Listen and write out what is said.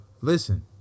listen